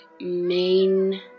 main